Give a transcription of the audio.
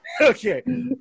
Okay